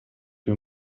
più